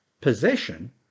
possession